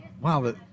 Wow